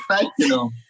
professional